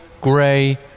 gray